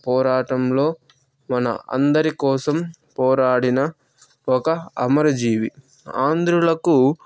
పోరాటంలో మన అందరి కోసం పోరాడిన ఒక అమరజీవి ఆంధ్రులకు